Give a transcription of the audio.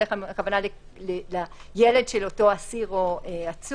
בדרך כלל הכוונה היא לילד של אותו אסיר או עצור,